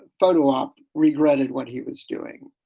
photo op regretted what he was doing.